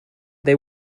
they